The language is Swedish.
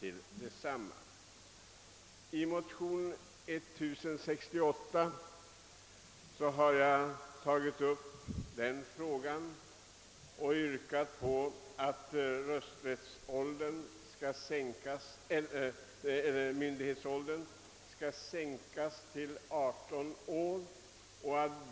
I motion II: 1068 har jag tagit upp den frågan och yrkat på att myndighetsåldern skall sänkas till 18 år.